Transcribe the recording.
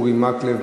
אורי מקלב,